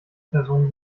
person